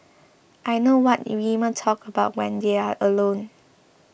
I know what women talk about when they're alone